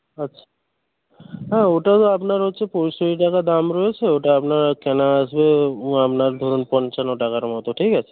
আচ্ছা হ্যাঁ ওটা তো আপনার হচ্ছে পঁয়ষট্টি টাকা দাম রয়েছে ওটা আপনার কেনা আসবে ও আপনার ধরুন পঞ্চান্ন টাকার মতো ঠিক আছে